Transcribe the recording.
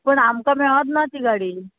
पूण आमकां मेळत ना ती गाडी